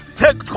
take